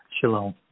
shalom